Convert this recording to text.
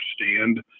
understand